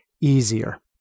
easier